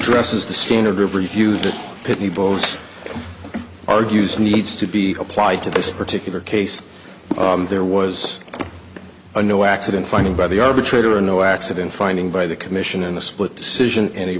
addresses the standard of review the pitney bowes argues needs to be applied to this particular case there was no accident finding by the arbitrator a no accident finding by the commission in a split decision an